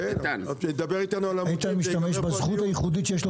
איתן משתמש בזכות הייחודית שיש לו